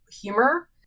humor